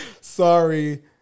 sorry